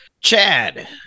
Chad